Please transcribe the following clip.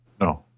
No